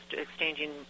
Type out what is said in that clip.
exchanging